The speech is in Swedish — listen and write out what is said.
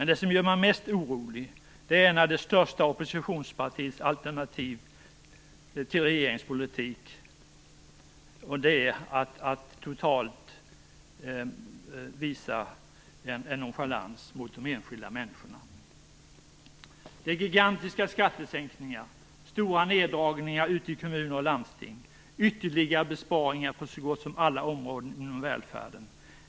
Det som gör mig mest orolig är när det största oppositionspartiets alternativ till regeringspolitik är att visa en total nonchalans mot de enskilda människorna. Det är gigantiska skattesänkningar, stora neddragningar ute i kommuner och landsting och ytterligare besparingar på så gott som alla områden inom välfärden.